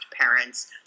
parents